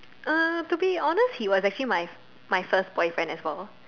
uh to be honest he was actually my my first boyfriend as well